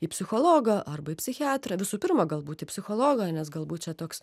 į psichologą arba į psichiatrą visų pirma galbūt į psichologą nes galbūt čia toks